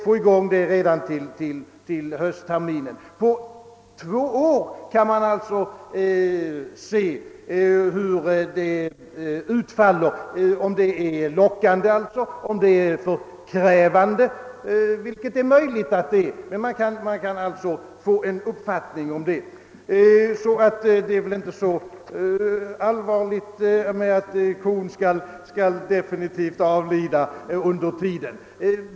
På två år kan man alltså få reda på hur försöksverksamheten utfallit: om det är ett lockande alternativ eller om det blir för krävande, vilket också är möjligt. Farhågorna för att kon skall hinna dö medan gräset gror kan väl därför inte vara så allvarliga.